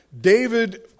David